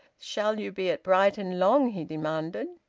shall you be at brighton long? he demanded,